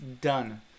done